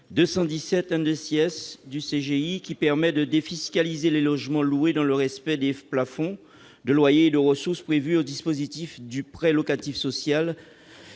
217 du CGI, qui permet de défiscaliser les logements loués dans le respect des plafonds de loyers et de ressources prévus au dispositif du prêt locatif social.